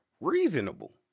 reasonable